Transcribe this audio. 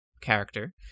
character